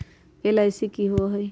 LIC की होअ हई?